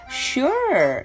sure